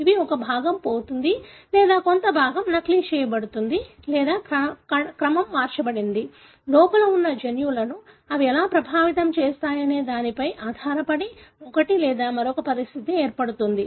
ఇవి ఒక భాగం పోతుంది లేదా కొంత భాగం నకిలీ చేయబడుతోంది లేదా క్రమం మార్చబడింది లోపల ఉన్న జన్యువులను అవి ఎలా ప్రభావితం చేస్తాయనే దానిపై ఆధారపడి ఒకటి లేదా మరొక పరిస్థితి ఏర్పడుతుంది